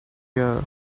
year